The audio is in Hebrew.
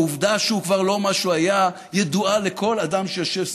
העובדה שהוא כבר לא מה שהוא היה ידועה לכל אדם שיושב סביבו,